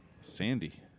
Sandy